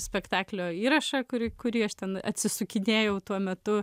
spektaklio įrašą kurį kurį aš ten atsisukinėjau tuo metu